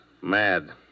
Mad